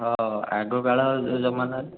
ହଁ ଆଗ କାଳ ଜ ଜମାନାରେ